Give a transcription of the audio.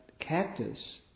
cactus